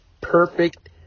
perfect